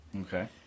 Okay